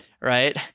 right